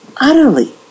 utterly